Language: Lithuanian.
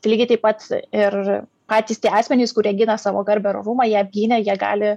lygiai taip pat ir patys tie asmenys kurie gina savo garbę ir orumą ją apgynę jie gali